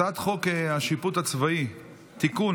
הצעת חוק השיפוט הצבאי (תיקון,